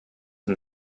and